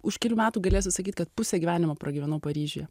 už kelių metų galėtų sakyt kad pusę gyvenimo pragyvenau paryžiuje